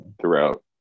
throughout